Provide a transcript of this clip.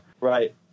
Right